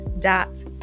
dot